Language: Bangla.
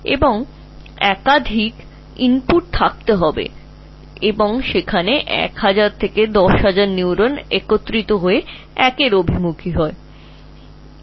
সুতরাং তাদের একাধিক ইনপুট হতে হবে এবং এখানে 1000 থেকে 10000 নিউরনকে একত্রিত হতে হবে